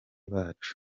bacu